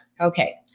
Okay